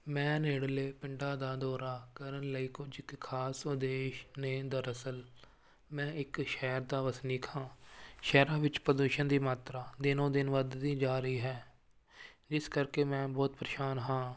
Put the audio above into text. ਮੈਂ ਨੇੜਲੇ ਪਿੰਡਾਂ ਦਾ ਦੌਰਾ ਕਰਨ ਲਈ ਕੁਝ ਕ ਖ਼ਾਸ ਉਦੇਸ਼ ਨੇ ਦਰਅਸਲ ਮੈਂ ਇੱਕ ਸ਼ਹਿਰ ਦਾ ਵਸਨੀਕ ਹਾਂ ਸ਼ਹਿਰਾਂ ਵਿੱਚ ਪ੍ਰਦੂਸ਼ਣ ਦੀ ਮਾਤਰਾ ਦਿਨੋ ਦਿਨ ਵਧਦੀ ਜਾ ਰਹੀ ਹੈ ਇਸ ਕਰਕੇ ਮੈਂ ਬਹੁਤ ਪਰੇਸ਼ਾਨ ਹਾਂ